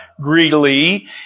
greedily